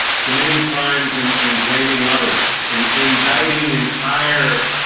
committing crimes and and blaming others in inviting entire